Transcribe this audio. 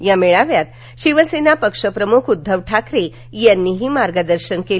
या मेळाव्यात शिवसेना पक्षप्रमुख उद्धव ठाकरे यांनीही मार्गदर्शन केलं